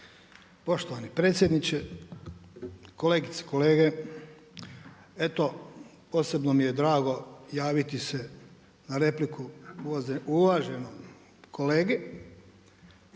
Poštovani predsjedniče, kolegice i kolege. Eto posebno mi je drago javiti se na repliku uvaženom kolegi.